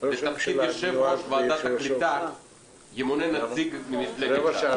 בתפקיד יושב-ראש ועדת הקליטה ימונה נציג ממפלגת ש"ס.